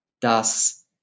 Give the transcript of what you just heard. das